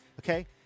okay